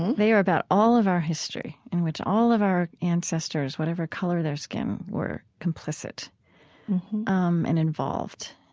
they are about all of our history in which all of our ancestors, whatever color their skin, were complicit um and involved.